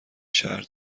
شهر